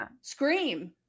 Scream